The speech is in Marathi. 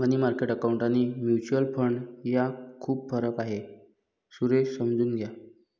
मनी मार्केट अकाऊंट आणि म्युच्युअल फंड यात खूप फरक आहे, सुरेश समजून घ्या